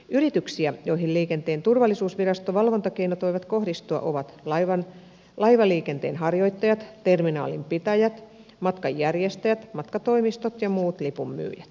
yrityksiä joihin liikenteen turvallisuusviraston valvontakeinot voivat kohdistua ovat laivaliikenteen harjoittajat terminaalinpitäjät matkanjärjestäjät matkatoimistot ja muut lipunmyyjät